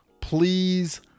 Please